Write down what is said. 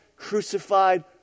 Crucified